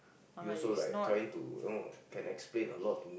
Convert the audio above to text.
you also like trying to you know can explain a lot to